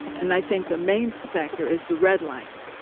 and i think the main factor is the redlining